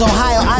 Ohio